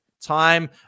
time